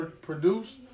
produced